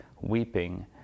weeping